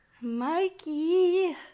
Mikey